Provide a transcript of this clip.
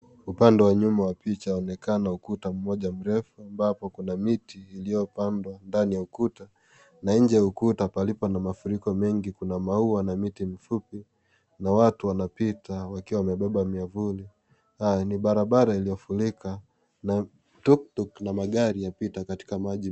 Upande wa nyuma wa picha waonekana ukuta refu ambapo kuna miti iliyopandwa ndani ya ukuta na nje ya ukuta palipo na mafuriko mengi , kuna maua na miti mifupi na watu wanapita wakiwa wanabeba miavuli. Ni barabara iliyofurika na tuktuk na magari yapita katika maji.